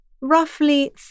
roughly